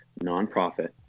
nonprofit